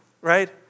right